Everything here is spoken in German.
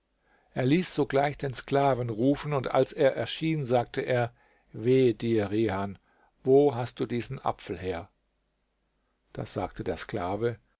er ließ sogleich den sklaven rufen und als er erschien sagte er wehe dir rihan wo hast du diesen apfel her da sagte der sklave